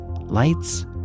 lights